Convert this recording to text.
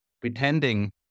pretending